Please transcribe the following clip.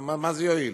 מה זה יועיל?